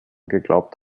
geglaubt